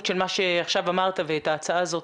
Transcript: של מה שעכשיו אמרת ואת ההצעה הזאת,